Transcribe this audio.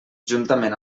juntament